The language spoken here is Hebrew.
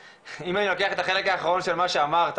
שאם אני לוקח את החלק האחרון של מה שאמרת,